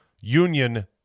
Union